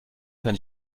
kann